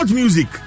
music